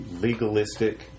legalistic